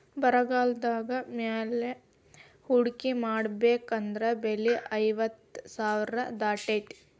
ಬಂಗಾರದ ಮ್ಯಾಲೆ ಹೂಡ್ಕಿ ಮಾಡ್ಬೆಕಂದ್ರ ಬೆಲೆ ಐವತ್ತ್ ಸಾವ್ರಾ ದಾಟೇತಿ